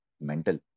mental